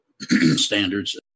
standards